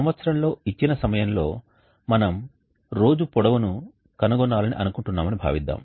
సంవత్సరంలో ఇచ్చిన సమయంలో మనం రోజు పొడవును కనుగొనాలని అనుకుంటున్నామని భావిద్దాం